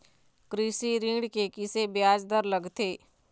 कृषि ऋण के किसे ब्याज दर लगथे?